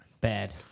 Bad